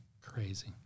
Crazy